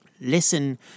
Listen